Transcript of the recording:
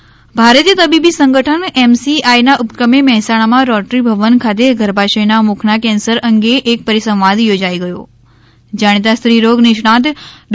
cancer seminar ભારતીય તબીબી સંગઠન એમસીઆઇના ઉપક્રમે મેહસાણામાં રોટરી ભવન ખાતે ગર્ભાશ્યના મુખના કેન્સર અંગે એક પરિસંવાદ યોજાઇ ગયો જાણીતા સ્ત્રીરોગ નિષ્ણાંત ડૉ